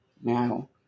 Now